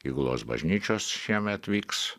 įgulos bažnyčios šiemet vyks